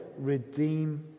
redeem